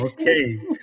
okay